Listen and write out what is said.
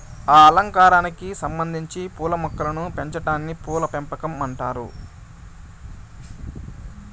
అలంకారానికి సంబందించిన పూల మొక్కలను పెంచాటాన్ని పూల పెంపకం అంటారు